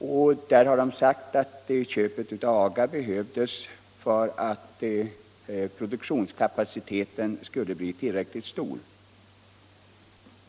Man säger där att köpet av AGA behövdes för att produktionskapaciteten skulle bli tillräckligt stor.